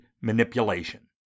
manipulation